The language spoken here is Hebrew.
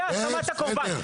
זה האשמת הקורבן.